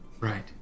Right